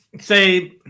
say